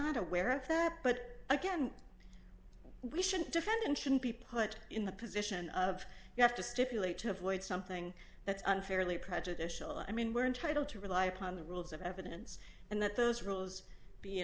not aware of that but again we shouldn't defend shouldn't be put in the position of you have to stipulate to avoid something that's unfairly prejudicial i mean we're entitled to rely upon the rules of evidence and that those rules be